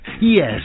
Yes